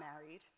married